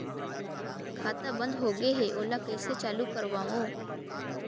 खाता बन्द होगे है ओला कइसे चालू करवाओ?